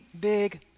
big